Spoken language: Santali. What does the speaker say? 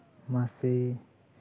ᱢᱟᱥᱤ